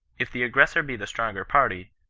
if the aggressor be the stronger party,